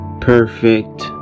perfect